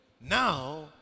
Now